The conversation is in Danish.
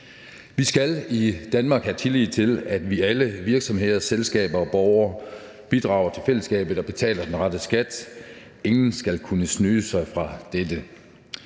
Vi skal i Danmark have tillid til, at vi alle – virksomheder, selskaber og borgere – bidrager til fællesskabet og betaler den rette skat. Ingen skal kunne snyde sig fra dette.